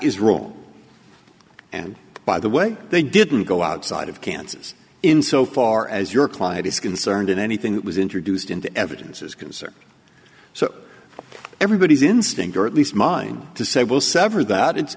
is wrong and by the way they didn't go outside of kansas in so far as your client is concerned and anything that was introduced into evidence is concerned so everybody's instinct or at least mine to say will sever that it's